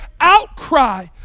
outcry